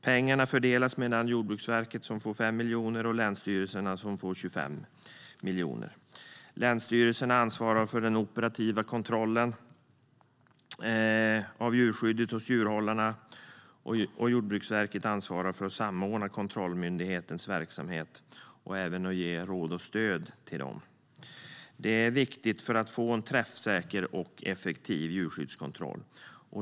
Pengarna fördelas mellan Jordbruksverket, som får 5 miljoner, och länsstyrelserna, som får 25 miljoner. Länsstyrelserna ansvarar för den operativa kontrollen av djurskyddet och djurhållarna, och Jordbruksverket ansvarar för att samordna kontrollmyndighetens verksamhet och även ge råd och stöd till dem. Detta är viktigt för att få en träffsäker och effektiv djurskyddskontroll.